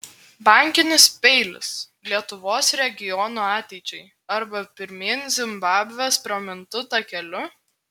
bankinis peilis lietuvos regionų ateičiai arba pirmyn zimbabvės pramintu takeliu